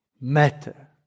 matter